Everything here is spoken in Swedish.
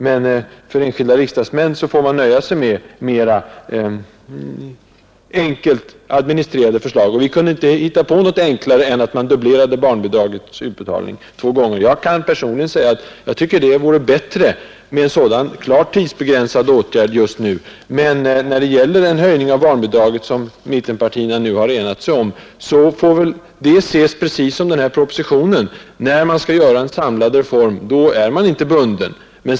Men när det gäller enskilda riksdagsmän får man nöja sig med mera enkelt administrerade förslag, och vi kunde inte hitta på något enklare än att man dubblerade barnbidragens utbetalning två gånger. Jag kan personligen säga att jag tycker att det vore bättre med en sådan klart tidsbegränsad åtgärd just nu, men när det gäller den höjning av barnbidragen som mittenpartierna har enat sig om får den väl ses precis som den här propositionen: När man skall göra en samlad reform, då är man inte bunden.